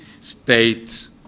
state